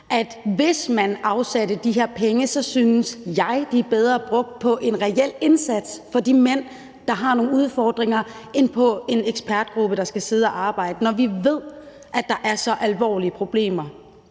Hvis man afsatte de her penge, synes jeg, de er bedre brugt på en reel indsats for de mænd, der har nogle udfordringer, end på en ekspertgruppe, der skal sidde og arbejde, når vi ved, at der er så alvorlige problemer